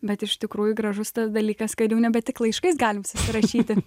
bet iš tikrųjų gražus tas dalykas kad jau nebe tik laiškais galim susirašyti